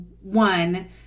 one